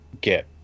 get